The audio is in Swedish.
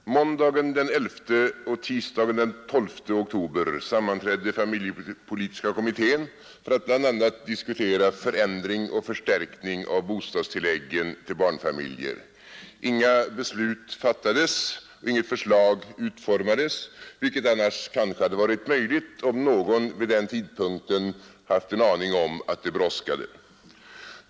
Herr talman! Måndagen den 11 och tisdagen den 12 oktober sammanträdde familjepolitiska kommittén för att bl.a. diskutera en förändring och förstärkning av bostadstilläggen till barnfamiljer. Inga beslut fattades och inga förslag utformades, vilket kanske annars hade varit möjligt om någon vid den tidpunkten hade haft en aning om att det brådskade.